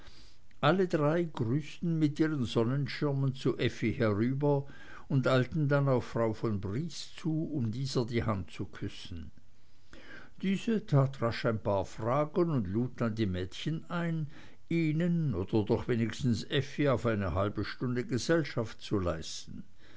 alle drei grüßten mit ihren sonnenschirmen zu effi herüber und eilten dann auf frau von briest zu um dieser die hand zu küssen diese tat rasch ein paar fragen und lud dann die mädchen ein ihnen oder doch wenigstens effi auf eine halbe stunde gesellschaft zu leisten